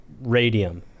radium